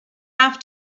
have